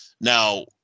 Now